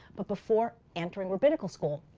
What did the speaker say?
but before entering rabbinical school,